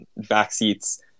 Backseats